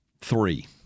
Three